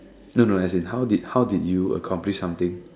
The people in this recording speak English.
no no as in how did how did you accomplish something